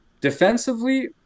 Defensively